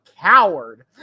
coward